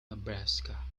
nebraska